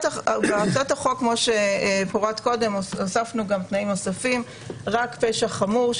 בהצעת החוק הוספנו גם תנאים נוספים: רק פשע חמור,